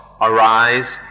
arise